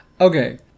Okay